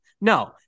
no